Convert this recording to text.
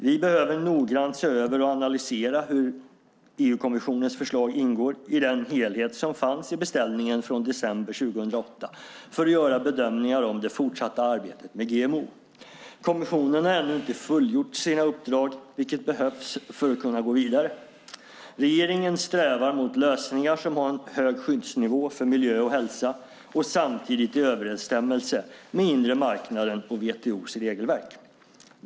Vi behöver noggrant se över och analysera hur EU-kommissionens förslag ingår i den helhet som fanns i beställningen från december 2008 för att göra bedömningar om det fortsatta arbetet med GMO. Kommissionen har ännu inte fullgjort sina uppdrag, vilket behövs för att kunna gå vidare. Regeringen strävar mot lösningar som har en hög skyddsnivå för miljö och hälsa och samtidigt är i överensstämmelse med inre marknaden och WTO:s regelverk.